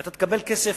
אתה תקבל כסף,